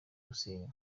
gusenywa